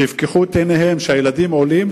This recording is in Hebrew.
שיפקחו את עיניהם כשהילדים עולים,